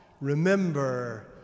remember